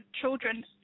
children